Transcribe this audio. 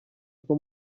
two